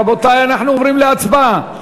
רבותי, אנחנו עוברים להצבעה.